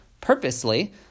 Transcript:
purposely